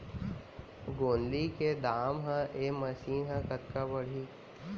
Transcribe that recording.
गोंदली के दाम ह ऐ महीना ह कतका बढ़ही?